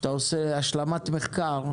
כשאתה עושה השלמת מחקר,